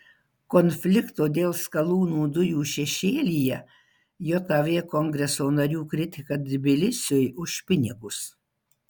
konflikto dėl skalūnų dujų šešėlyje jav kongreso narių kritika tbilisiui už pinigus